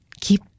Keep